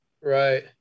right